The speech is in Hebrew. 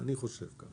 אני חושב כך.